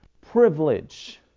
privilege